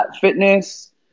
Fitness